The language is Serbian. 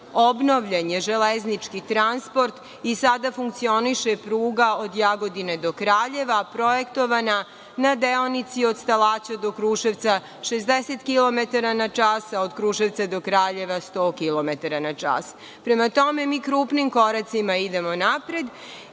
obnovljen je železnički transport i sada funkcioniše pruga od Jagodine do Kraljeva, a projektovana na deonici od Stalaća do Kruševca 60 kilometara na čas, a od Kruševca do Kraljeva 100 kilometara na čas. Prema tome, mi krupnim koracima idemo napred